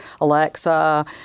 Alexa